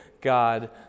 God